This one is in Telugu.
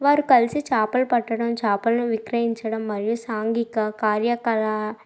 వారు కలిసి చేపలు పట్టడం చేపలును విక్రయించడం మరియు సాంఘిక కార్యకలా